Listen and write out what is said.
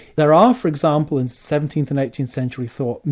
there are for example, in seventeenth and eighteenth century thought,